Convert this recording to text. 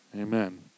Amen